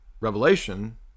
revelation